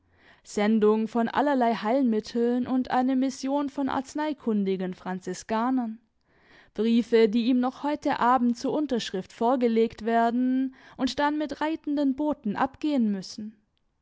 sendung von allerlei heilmitteln und eine mission von arzneikundigen franziskanern briefe die ihm noch heute abend zur unterschrift vorgelegt werden und dann mit reitenden boten abgehen müssen